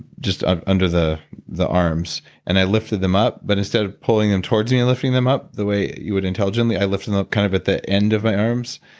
just ah under the the arms and i lifted them up. but instead of pulling them towards me and lifting them up the way you would intelligently, i lifted them up kind of at the end of my arms.